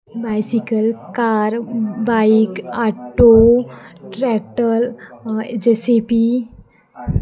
bicycle car bike auto tractor JCB